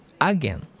again